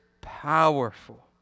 powerful